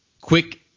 Quick